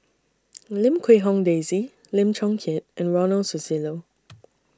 Lim Quee Hong Daisy Lim Chong Keat and Ronald Susilo